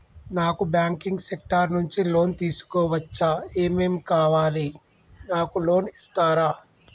నాకు banking sector నుంచి loan తీసుకోవచ్చా? ఏమేం కావాలి? నాకు లోన్ ఇస్తారా?